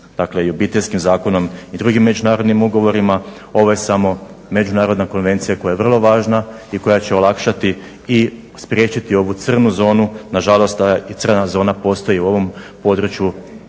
dakle i Obiteljskim zakonom i drugim međunarodnim ugovorima, ovo je samo međunarodna konvencija koja je vrlo važna i koja će olakšati i spriječiti ovu crnu zonu. Nažalost, ta crna zona postoji i u ovom području,